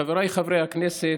חבריי חברי הכנסת,